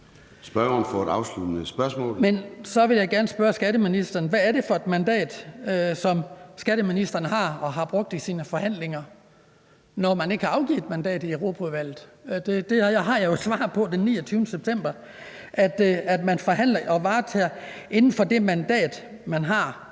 spørgsmål. Kl. 14:29 Hans Kristian Skibby (DD): Men så vil jeg gerne spørge skatteministeren: Hvad er det for et mandat, som skatteministeren har og har brugt i sine forhandlinger, når man ikke har afgivet et mandat i Europaudvalget? Det har han jo svaret på den 29. september, siger han, altså at man forhandler og varetager området inden for det mandat, man har.